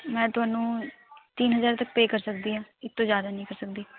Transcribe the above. ਮੈਂ ਤੁਹਾਨੂੰ ਤੀਨ ਹਜ਼ਾਰ ਤੱਕ ਪੇਅ ਕਰ ਸਕਦੀ ਹਾਂ ਇਸ ਤੋਂ ਜ਼ਿਆਦਾ ਨਹੀਂ ਕਰ ਸਕਦੀ